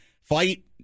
Fight